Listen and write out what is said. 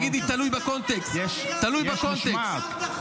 תגידי: תלוי בקונטקסט.